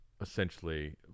Essentially